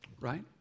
Right